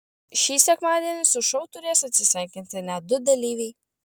šį sekmadienį su šou turės atsisveikinti net du dalyviai